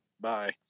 Bye